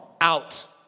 out